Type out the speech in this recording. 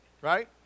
Right